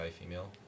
female